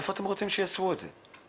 היכן אתם רוצים שיאחסנו את הבקבוקים האלה?